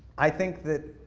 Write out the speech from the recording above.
i think that,